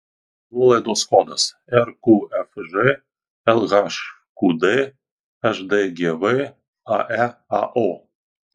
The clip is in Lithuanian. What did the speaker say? nuolaidos kodas rqfž lhqd šdgv aeao